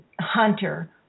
hunter